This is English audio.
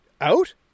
out